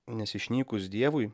nes išnykus dievui